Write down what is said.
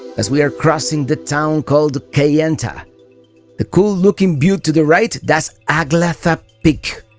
as we are crossing the town called kayenta, the cool looking butte to the right, that's agathla peak.